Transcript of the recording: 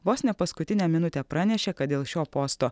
vos ne paskutinę minutę pranešė kad dėl šio posto